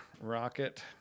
rocket